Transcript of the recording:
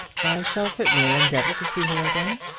i shall certainly endeavour to see her again.